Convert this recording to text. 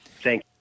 Thank